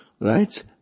right